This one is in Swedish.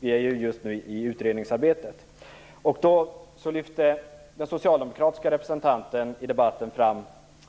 Vi är ju just nu inne i utredningsarbetet. Den socialdemokratiska representanten i debatten lyfte